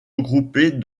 regroupés